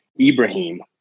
Ibrahim